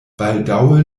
baldaŭe